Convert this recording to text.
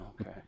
Okay